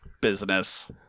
business